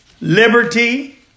liberty